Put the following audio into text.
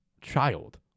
child